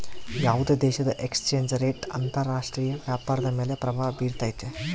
ಯಾವುದೇ ದೇಶದ exchange rate ಅಂತರ ರಾಷ್ಟ್ರೀಯ ವ್ಯಾಪಾರದ ಮೇಲೆ ಪ್ರಭಾವ ಬಿರ್ತೈತೆ